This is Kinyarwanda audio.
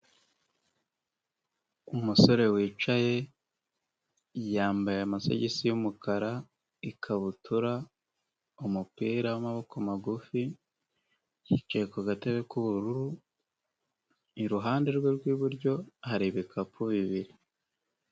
Umusore wicaye, yambaye amasogisi y'umukara, ikabutura, umupira w'amaboko magufi, yicaye ku gatebe k'ubururu, iruhande rwe rw'iburyo, hari ibikapu bibiri.